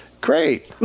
Great